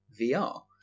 VR